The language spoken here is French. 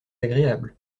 agréable